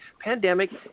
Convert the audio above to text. Pandemic